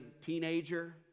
teenager